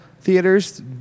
theaters